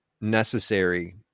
necessary